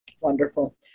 Wonderful